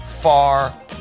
far